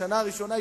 בשנה הראשונה,